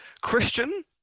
Christian